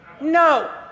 No